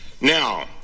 Now